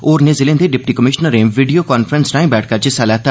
होरनें जिलें दे डिप्टी कमिशनरें वीडियो कांफ्रेंस राए बैठका च हिस्सा लैता